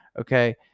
okay